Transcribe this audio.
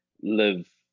live